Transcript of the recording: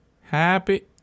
Happy